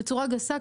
בצורה גסה,